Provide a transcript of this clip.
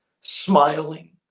smiling